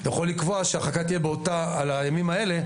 הוא יכול לקבוע שההרחקה תהיה על הימים האלה.